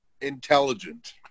intelligent